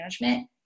management